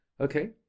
okay